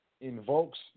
invokes